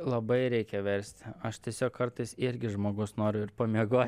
labai reikia versti aš tiesiog kartais irgi žmogus noriu ir pamiego